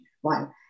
one